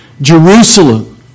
Jerusalem